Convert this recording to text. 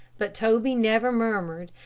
but toby never murmured,